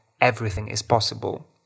everything-is-possible